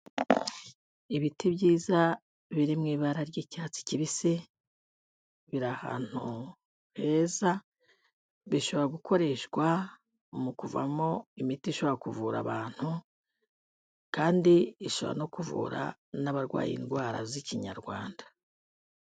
Ibiti byiza biri mu ibara ry'icyatsi kibisi biri ahantu heza, bishobora gukoreshwa mu kuvamo imiti ishobora kuvura abantu kandi ishobora no kuvura n'abarwaye indwara z'ikinyarwanda.